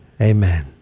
Amen